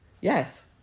Yes